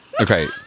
Okay